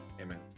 Amen